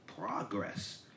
progress